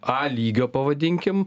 a lygio pavadinkim